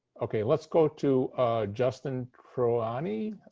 ok, let's go to justin troiani.